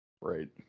Right